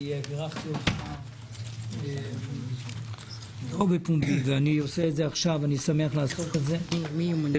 בירכתי אותך לא בפומבי ואני שמח לעשות את זה עכשיו שוב.